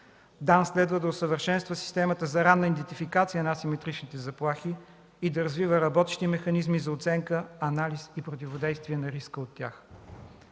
следва да усъвършенства системата за ранна идентификация на асиметричните заплахи и да развива работещи механизми за оценка, анализ и противодействие на риска от тях.